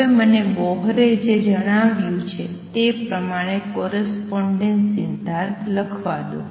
હવે મને બોહરે જે જણાવ્યું છે તે પ્રમાણે કોરસ્પોંડેન્સ સિદ્ધાંત લખવા દો